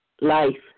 life